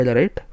right